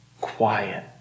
quiet